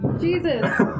Jesus